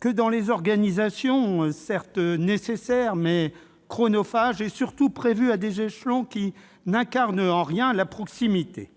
que dans les organisations, certes nécessaires mais chronophages, et surtout prévues à des échelons qui n'incarnent en rien la proximité.